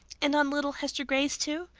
and on little hester gray's too?